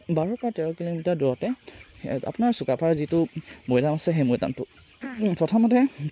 বাৰৰ পৰা তেৰ কিলোমিটাৰ দূৰতে আপোনাৰ চুকাফাৰ যিটো মৈদাম আছে সেই মৈদামটো প্ৰথমতে